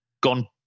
gone